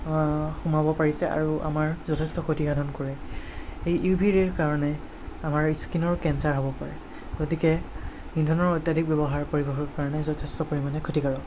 সোমাব পাৰিছে আৰু আমাৰ যথেষ্ট ক্ষতি সাধন কৰে সেই ইউ ভি ৰে'ৰ কাৰণে আমাৰ স্কিনৰ কেন্সাৰ হ'ব পাৰে গতিকে ইন্ধনৰ অত্য়াধিক ব্যৱহাৰ পৰিৱেশৰ কাৰণে যথেষ্ট পৰিমাণে ক্ষতিকাৰক